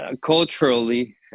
culturally